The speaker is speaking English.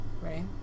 right